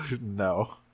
no